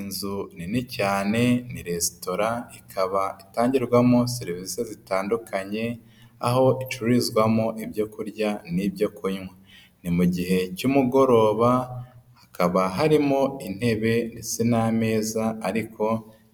Inzu nini cyane, ni resitora ikaba itangirwamo serivisi zitandukanye, aho icururizwamo ibyo kurya n'ibyo kunywa. Ni mu gihe cy'umugoroba hakaba harimo intebe ndetse n'ameza ariko